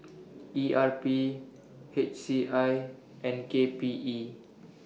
E R P H C I and K P E